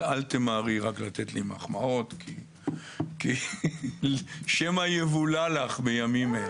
אל תמהרי לתת לי מחמאות, שמא יבולע לך בימים אלה.